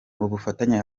ubufatanye